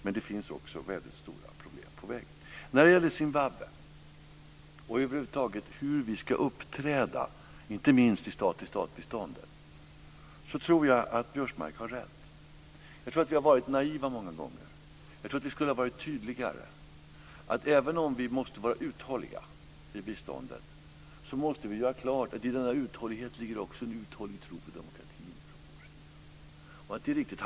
Men det finns också väldigt stora problem på vägen. När det gäller Zimbabwe och hur vi ska uppträda inte minst i stat-till-stat-biståndet tror jag att Biörsmark har rätt. Jag tror att vi har varit naiva många gånger. Jag tror att vi skulle ha varit tydligare. Även om vi måste vara uthålliga i biståndet måste vi göra klart att det i denna uthållighet också ligger en uthållig tro på demokratin från vår sida.